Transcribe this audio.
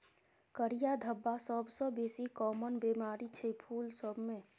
करिया धब्बा सबसँ बेसी काँमन बेमारी छै फुल सब मे